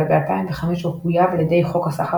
אבל ב־2005 הוא חויב על ידי חוק הסחר